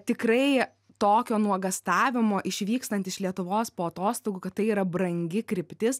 tikrai tokio nuogąstavimo išvykstant iš lietuvos po atostogų kad tai yra brangi kryptis